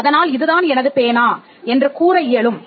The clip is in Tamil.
அதனால் இதுதான் எனது பேனா என்று கூற இயலும்